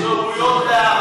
ועדת העבודה